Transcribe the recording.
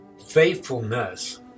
faithfulness